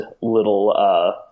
little